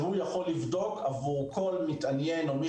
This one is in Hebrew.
והוא יכול לבדוק עבור כל מתעניין או מי